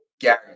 Gary